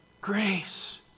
Grace